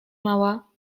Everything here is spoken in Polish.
mała